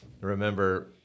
remember